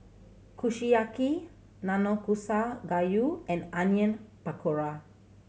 Kushiyaki Nanakusa Gayu and Onion Pakora